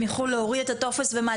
הן יוכלו להוריד את הטופס, ומה?